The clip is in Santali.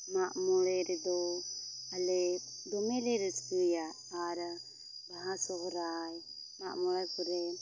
ᱢᱟᱜ ᱢᱚᱬᱮ ᱨᱮᱫᱚ ᱟᱞᱮ ᱫᱚᱢᱮᱞᱮ ᱨᱟᱹᱥᱠᱟᱹᱭᱟ ᱟᱨ ᱵᱟᱦᱟ ᱥᱚᱦᱨᱟᱭ ᱢᱟᱜ ᱢᱚᱬᱮ ᱠᱚᱨᱮᱜ